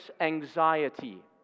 anxiety